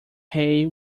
hay